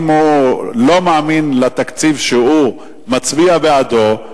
אם הוא לא מאמין בתקציב שהוא מצביע בעדו,